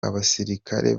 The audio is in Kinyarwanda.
abasirikare